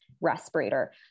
respirator